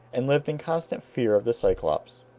and lived in constant fear of the cyclopes.